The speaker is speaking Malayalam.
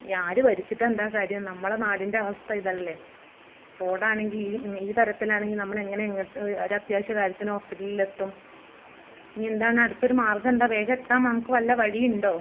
ആര് ഭരിച്ചിട്ടെന്താ കാര്യം നമ്മളുടെ നാടിന്റെ അവസ്ഥ ഇതല്ലേ റോഡാണെങ്കിൽ ഈ ഈ തരത്തിലാണെങ്കിൽ നമ്മളെങ്ങനെ എങ്ങൊട്ട് ഒരത്ത്യാവശ്യ കാര്യത്തിന് ഹോസ്പിറ്റലിലെത്തും ഇനിയെന്താണ് അടുത്തൊരു മാർഗ്ഗം എന്താണ് വേഗം എത്താന് നമുക്ക് വല്ല വഴിയും ഉണ്ടോ